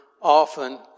often